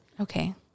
Okay